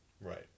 Right